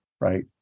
right